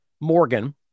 Morgan